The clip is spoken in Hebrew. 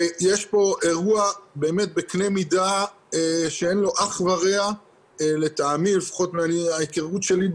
יש פה אירוע באמת בקנה מידה שאין לו אח ורע לטעמי לפחות ומההיכרות שלי,